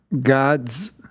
God's